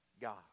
God